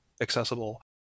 accessible